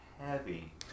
heavy